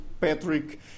Patrick